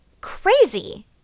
crazy